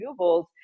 renewables